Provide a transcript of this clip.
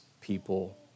people